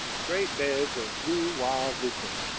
great beds of blue wild lupin,